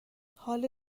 حال